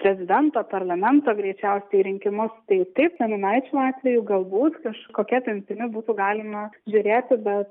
prezidento ar parlamento greičiausiai rinkimus tai taip seniūnaičių atveju galbūt kažkokia apimtimi būtų galima žiūrėti bet